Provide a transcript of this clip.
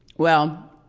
well,